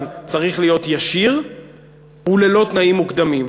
צריך להיות ישיר וללא תנאים מוקדמים.